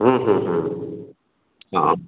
ହଁ ହଁ